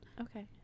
okay